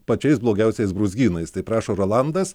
pačiais blogiausiais brūzgynais taip rašo rolandas